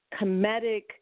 comedic